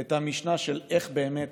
את המשנה בדבר איך באמת